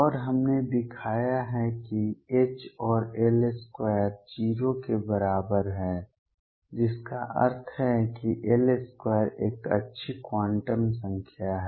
और हमने दिखाया है कि H और L2 0 के बराबर है जिसका अर्थ है कि L2 एक अच्छी क्वांटम संख्या है